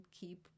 keep